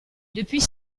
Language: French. depuis